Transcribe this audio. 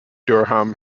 durham